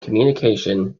communication